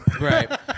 Right